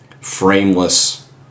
frameless